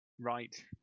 Right